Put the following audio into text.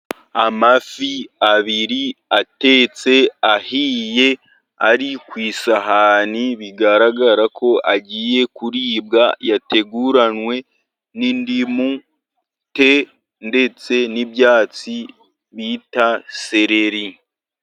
Amafi abiri atetse ahiye ari ku isahani, bigaragara ko agiye kuribwa yateguranwe n'indimu, te, ndetse n'ibyatsi bita sereri.